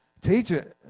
Teacher